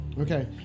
Okay